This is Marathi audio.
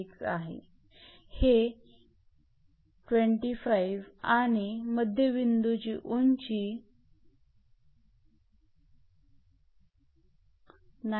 0 आणि मध्यबिंदूची उंची आहे